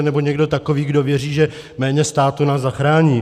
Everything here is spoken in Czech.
nebo někdo takový, který věří, že méně státu nás zachrání.